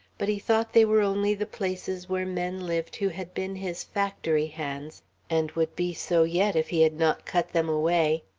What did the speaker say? but he thought they were only the places where men lived who had been his factory hands and would be so yet if he had not cut them away